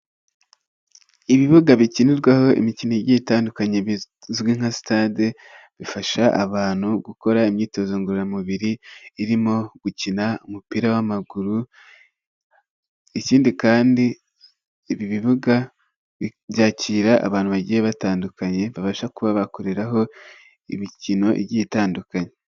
Ibibuga bikinirwaho imikino igiye itandukanye bizwi nka sitade bifasha abantu gukora imyitozo ngororamubiri irimo gukina umupira w'amaguru, ikindi kandi ibibuga byakira abantu bagiye batandukanye babasha kuba bakoreraho imikino igiye itandukanye.